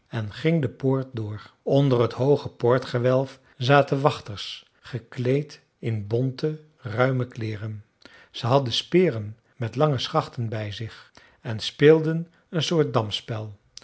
en ging de poort door onder het hooge poortgewelf zaten wachters gekleed in bonte ruime kleeren ze hadden speren met lange schachten bij zich en speelden een soort damspel